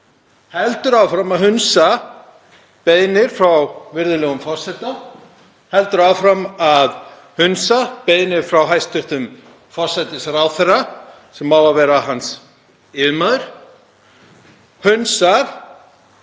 heldur áfram að hunsa beiðni frá virðulegum forseta, heldur áfram að hunsa beiðni frá hæstv. forsætisráðherra, sem á að vera hans yfirmaður, hunsar